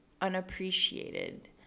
unappreciated